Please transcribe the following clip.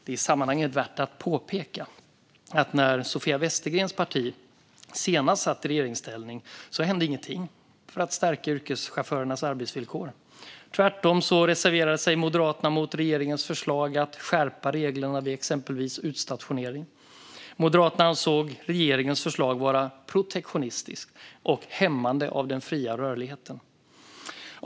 Det är i sammanhanget värt att påpeka att när Sofia Westergrens parti senast satt i regeringsställning hände ingenting för att stärka yrkeschaufförernas arbetsvillkor. Tvärtom reserverade sig Moderaterna mot regeringens förslag att skärpa reglerna vid exempelvis utstationering. Moderaterna ansåg regeringens förslag vara protektionistiskt och hämmande för den fria rörligheten.